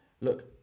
look